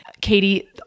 Katie